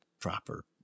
proper